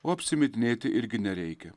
o apsimetinėti irgi nereikia